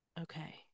Okay